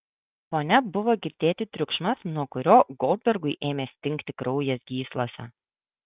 fone buvo girdėti triukšmas nuo kurio goldbergui ėmė stingti kraujas gyslose